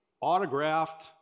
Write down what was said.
autographed